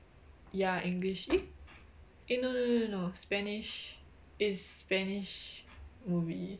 ya english eh eh no no no no no spanish it's spanish movie